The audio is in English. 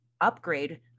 upgrade